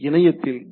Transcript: இணையத்தில் டி